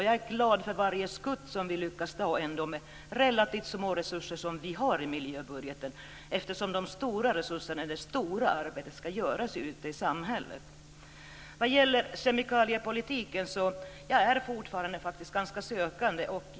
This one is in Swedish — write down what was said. Jag är glad för varje skutt som vi lyckas ta med de relativt små resurser som vi ändå har i miljöbudgeten, eftersom det stora arbetet ska göras ute i samhället. Vad gäller kemikaliepolitiken är jag fortfarande ganska sökande.